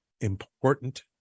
important